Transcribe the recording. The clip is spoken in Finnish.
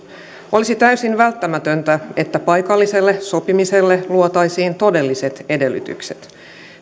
olisi täysin välttämätöntä että paikalliselle sopimiselle luotaisiin todelliset edellytykset